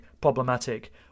problematic